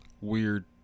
Weird